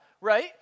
right